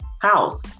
house